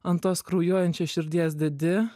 ant tos kraujuojančios širdies dedi